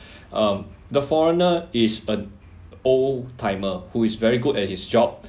um the foreigner is a old timer who is very good at his job